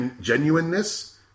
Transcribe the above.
genuineness